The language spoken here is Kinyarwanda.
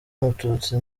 mututsi